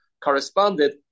corresponded